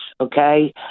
okay